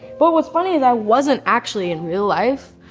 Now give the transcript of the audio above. what was funny is i wasn't actually in real life.